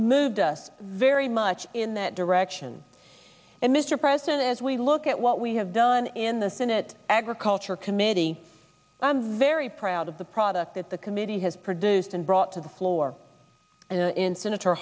moved us very much in that direction and mr president as we look at what we have done in the senate agriculture committee i'm very proud of the product that the committee has produced and brought to the floor in senator